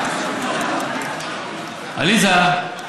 עליזה,